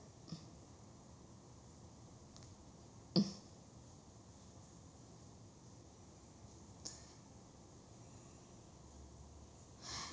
mm